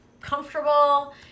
comfortable